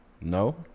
No